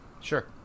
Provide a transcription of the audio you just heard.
Sure